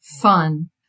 fun